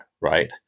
right